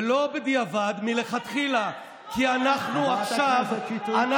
ולא בדיעבד, מלכתחילה, חברת הכנסת שטרית, שנייה.